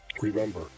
Remember